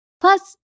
Plus